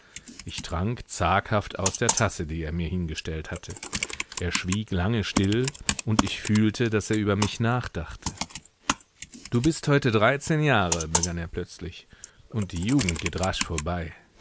ich trank zaghaft aus der tasse die er mir hingestellt hatte er schwieg lange still und ich fühlte daß er über mich nachdachte du bist heute dreizehn jahre begann er plötzlich und die jugend geht rasch vorbei